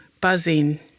buzzing